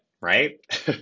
right